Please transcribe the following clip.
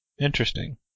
Interesting